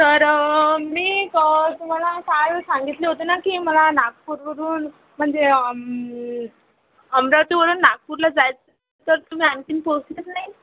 sir मी का तुम्हाला काल सांगितले होते ना की मला नागपुरवरून म्हणजे अमरावतीवरून नागपूरला जायचं तर तुम्ही आणखीन पोचलेच नाही